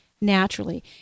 naturally